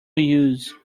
use